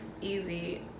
easy